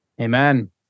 Amen